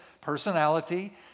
personality